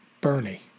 Bernie